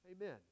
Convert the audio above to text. Amen